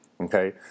Okay